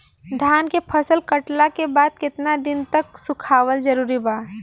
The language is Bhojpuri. धान के फसल कटला के बाद केतना दिन तक सुखावल जरूरी बा?